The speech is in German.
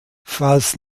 falls